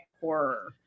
horror